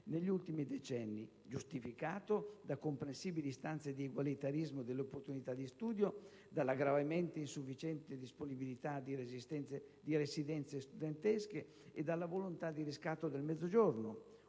negli ultimi decenni, giustificato da comprensibili istanze di egualitarismo delle opportunità di studio, dalla gravemente insufficiente disponibilità di residenze studentesche e dalla volontà di riscatto del Mezzogiorno;